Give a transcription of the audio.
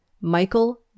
Michael